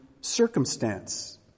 circumstance